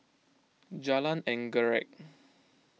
Jalan Anggerek